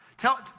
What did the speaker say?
Tell